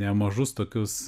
nemažus tokius